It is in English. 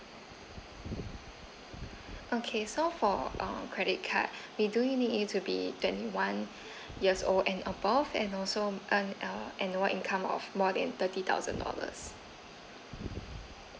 okay so for uh credit card they do you need to be twenty one years old and above and also earn uh annual income of more than thirty thousand dollars